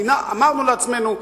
אמרנו לעצמנו: